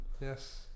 Yes